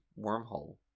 wormhole